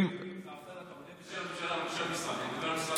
אתה עונה בשם המשטרה ולא בשם משרד הרווחה.